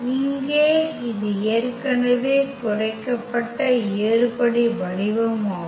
இங்கே இது ஏற்கனவே குறைக்கப்பட்ட ஏறுபடி வடிவம் ஆகும்